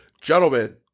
gentlemen